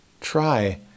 try